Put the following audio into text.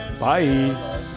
Bye